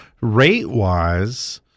rate-wise